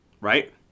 right